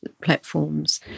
platforms